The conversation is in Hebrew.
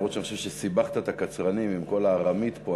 אף שאני חושב שסיבכת את הקצרנים עם כל הארמית פה,